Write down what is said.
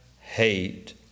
hate